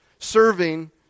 Serving